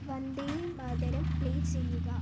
Vande Mataram play ചെയ്യുക